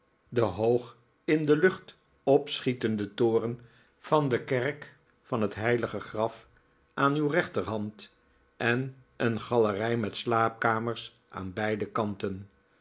den hoog in de lucht opschietennikolaas nickleby den toren van de kerk van het heilige graf aan uw rechterhand en een galerij met slaapkamers aan beide kanten